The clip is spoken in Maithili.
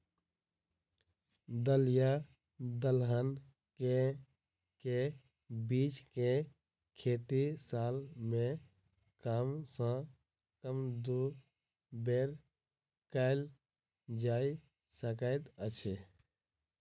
दल या दलहन केँ के बीज केँ खेती साल मे कम सँ कम दु बेर कैल जाय सकैत अछि?